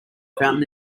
fountain